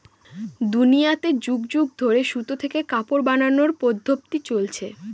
দুনিয়াতে যুগ যুগ ধরে সুতা থেকে কাপড় বানানোর পদ্ধপ্তি চলছে